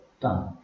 done